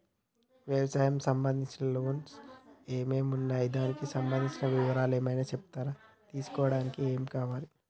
వ్యవసాయం సంబంధించిన లోన్స్ ఏమేమి ఉన్నాయి దానికి సంబంధించిన వివరాలు ఏమైనా చెప్తారా తీసుకోవడానికి ఏమేం కావాలి?